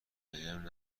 بهم